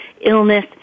illness